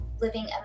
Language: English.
living